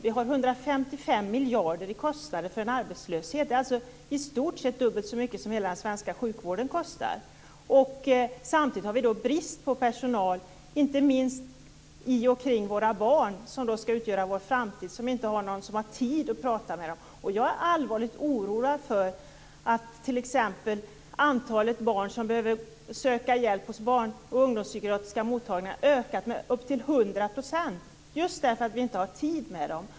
Vi har stort sett är det dubbelt så mycket som hela den svenska sjukvården kostar. Samtidigt har vi brist på personal, inte minst kring våra barn som skall utgöra vår framtid. De har ingen som har tid att prata med dem. Jag är allvarligt oroad för att t.ex. antalet barn som behöver söka hjälp hos de barn och ungdomspsykiatriska mottagningarna har ökat med upp till 100 % just därför att vi inte har tid med dem.